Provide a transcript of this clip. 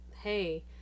hey